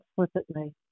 explicitly